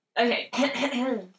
Okay